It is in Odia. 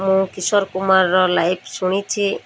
ମୁଁ କିଶୋର କୁମାରର ଲାଇଫ ଶୁଣିଛି